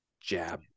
jab